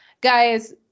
guys